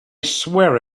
swear